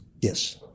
Yes